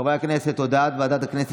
חברי הכנסת, תוצאות ההצבעה: 19 בעד,